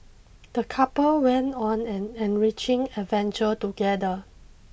the couple went on an enriching adventure together